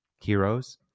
heroes